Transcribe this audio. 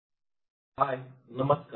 hello hi नमस्कार